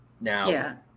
now